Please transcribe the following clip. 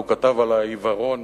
והוא כתב על העיוורון,